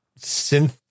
synth